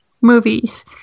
movies